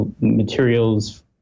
Materials